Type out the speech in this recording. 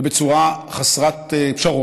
בצורה חסרת פשרות.